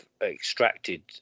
extracted